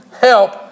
help